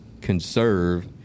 conserve